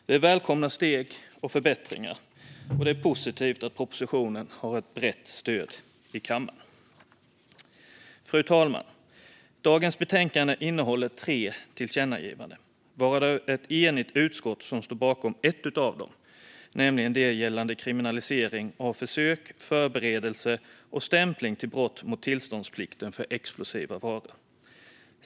Det är välkomna steg och förbättringar, och det är positivt att propositionen har ett brett stöd i kammaren. Fru talman! Dagens betänkande innehåller tre tillkännagivanden. Ett enigt utskott står bakom ett av dem, nämligen det gällande kriminalisering av försök, förberedelse och stämpling till brott mot tillståndsplikten för explosiva varor.